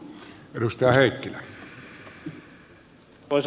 arvoisa puhemies